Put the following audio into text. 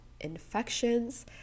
infections